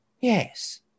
Yes